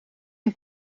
een